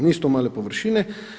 Nisu to male površine.